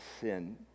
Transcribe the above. sin